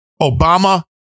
Obama